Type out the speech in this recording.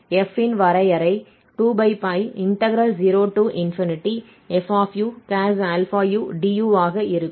f இன் வரையறை 20fucos αu du ஆக இருக்கும்